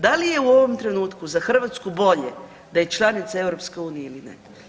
Da li je u ovom trenutku za Hrvatsku bolje da je članica EU ili ne?